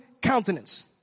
countenance